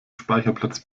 speicherplatz